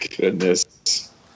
Goodness